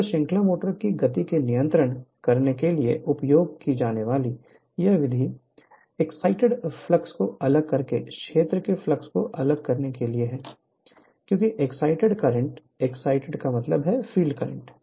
तो श्रृंखला मोटर की गति को नियंत्रित करने के लिए उपयोग की जाने वाली यह विधि एक्साइटेड फ्लक्स को अलग करके क्षेत्र के फ्लक्स को अलग करने के लिए है क्योंकि एक्साइटेड करंट का मतलब फील्ड करंट है